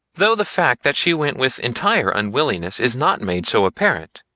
though the fact that she went with entire unwillingness is not made so apparent.